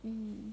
um